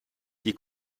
die